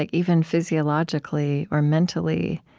ah even physiologically or mentally,